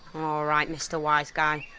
alright, mr wise guy.